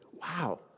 wow